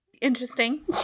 interesting